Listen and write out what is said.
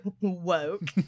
woke